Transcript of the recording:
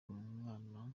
umwuma